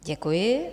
Děkuji.